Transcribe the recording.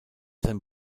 sein